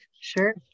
Sure